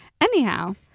anyhow